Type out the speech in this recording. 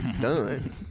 done